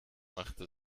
machte